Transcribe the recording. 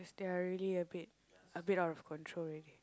they're really a bit a bit out of control already